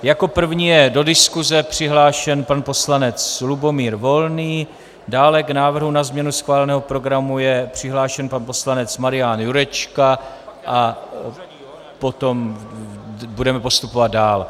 Jako první je do diskuse přihlášen pan poslanec Lubomír Volný, dále k návrhu na změnu schváleného programu je přihlášen pan poslanec Marian Jurečka a potom budeme postupovat dál.